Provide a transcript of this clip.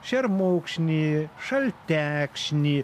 šermukšnį šaltekšnį